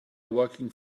working